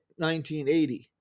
1980